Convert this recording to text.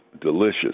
delicious